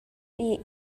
die